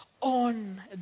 on